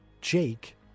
Jake